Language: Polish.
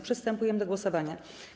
Przystępujemy do głosowania.